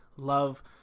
Love